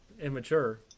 immature